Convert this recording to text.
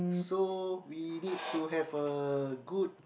so we need to have a good